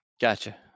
gotcha